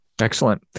excellent